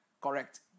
correct